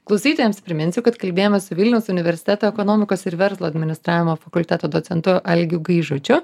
klausytojams priminsiu kad kalbėjomės su vilniaus universiteto ekonomikos ir verslo administravimo fakulteto docentu algiu gaižučiu